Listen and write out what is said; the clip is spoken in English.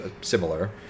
similar